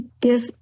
give